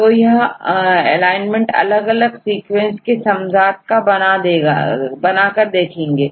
तो हम यह एलाइनमेंट अलग अलग सीक्वेंस के समजात का बना कर देखेंगे